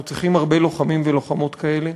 אנחנו צריכים הרבה לוחמים ולוחמות כאלה.